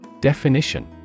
Definition